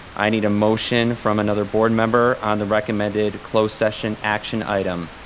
i need a motion from another board member on the recommended close session action item.